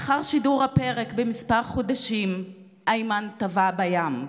כמה חודשים לאחר שידור הפרק איימן טבע בים.